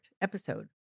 episode